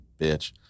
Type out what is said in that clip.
bitch